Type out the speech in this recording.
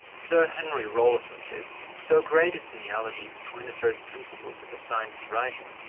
sir henry rawlinson says so great is the analogy between the first principles of the science of writing,